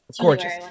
gorgeous